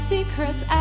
Secrets